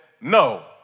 no